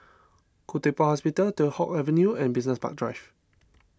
Khoo Teck Puat Hospital Teow Hock Avenue and Business Park Drive